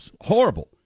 horrible